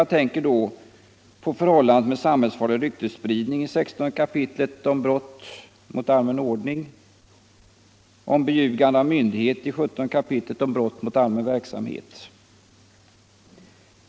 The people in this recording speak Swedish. a. är så förhållandet med samhällsfarlig ryktesspridning i 16 kap. och brott mot allmän ordning och beljugande av myndighet i 17 kap. om brott mot allmän verksamhet.